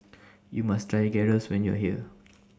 YOU must Try Gyros when YOU Are here